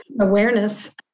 awareness